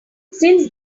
since